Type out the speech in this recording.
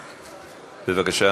בבקשה.